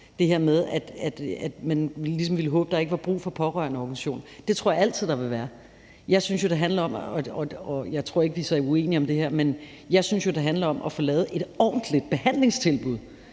for skarpt – at man ligesom ville håbe, at der ikke var brug for pårørendeorganisationer. Det tror jeg altid der vil være. Jeg synes jo, det handler om – og jeg tror ikke, at vi er så uenige om det her – at få lavet et ordentligt behandlingstilbud,